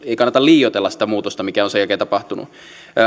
ei kannata liioitella sitä muutosta mikä on sen jälkeen tapahtunut